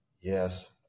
Yes